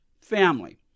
family